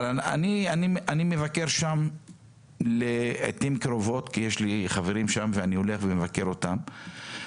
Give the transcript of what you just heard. אני מבקר שם לעיתים קרובות כי יש לי חברים שם ואני הולך ומבקר אותם.